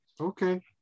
okay